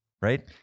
right